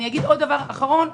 אגיד עוד דבר אחרון,